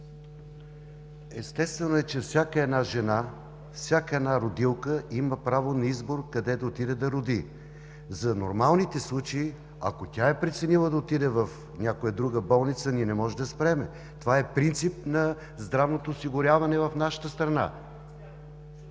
Естествено е, че всяка жена, всяка родилка има право на избор къде да отиде да роди. За нормалните случаи, ако тя е преценила да отиде в някоя друга болница, ние не можем да я спрем. Това е принцип на здравното осигуряване в нашата страна.